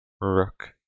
Rook